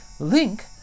Link